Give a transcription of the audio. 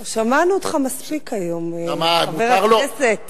שמענו אותך מספיק היום, חבר הכנסת בן-ארי.